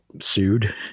sued